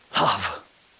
Love